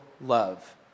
love